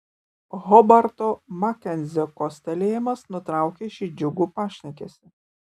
hobarto makenzio kostelėjimas nutraukė šį džiugų pašnekesį